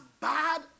bad